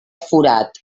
forat